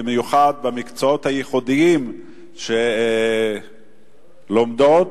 במיוחד במקצועות הייחודיים שהן לומדות